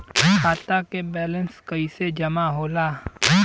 खाता के वैंलेस कइसे जमा होला?